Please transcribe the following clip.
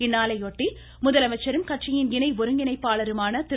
இந்நாளையொட்டி முதலமைச்சரும் கட்சியின் இணை ஒருங்கிணைப்பாளருமான திரு